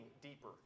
deeper